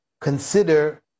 consider